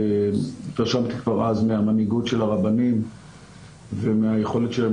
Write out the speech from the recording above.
התרשמתי כבר אז מהמנהיגות של הרבנים ומהיכולת שלהם